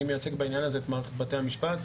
אני מייצג בעניין הזה את מערכת בתי המשפט,